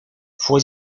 fue